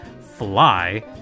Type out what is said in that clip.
fly